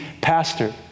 pastor